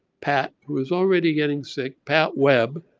pat, who was already getting sick, pat webb,